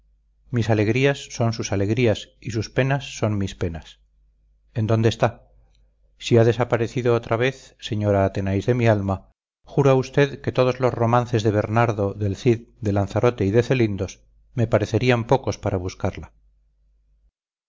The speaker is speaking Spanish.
mis alegrías son sus alegrías y sus penas son mis penas en dónde está si ha desaparecido otra vez señora athenais de mi alma juro a usted que todos los romances de bernardo del cid de lanzarote y de celindos me parecerían pocos para buscarla